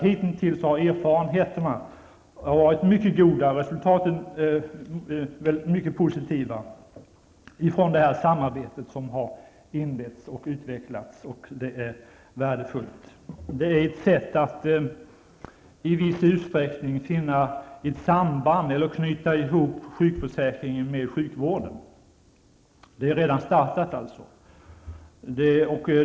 Hitintills har erfarenheterna varit mycket positiva och resultaten mycket goda ifrån det samarbete som har inletts och utvecklats. Det är värdefullt. Det är ett sätt att i viss utsträckning knyta ihop sjukförsäkringen med sjukvården. Detta har man redan startat.